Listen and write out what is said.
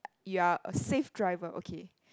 you are a safe driver okay